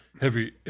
heavy